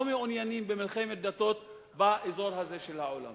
לא מעוניינים במלחמת דתות באזור הזה של העולם.